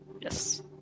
Yes